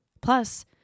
Plus